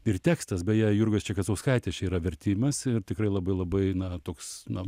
ir tekstas beje jurgos čekatauskaitės čia yra vertimas ir tikrai labai labai na toks na